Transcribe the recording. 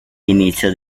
inicio